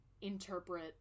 interpret